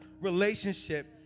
relationship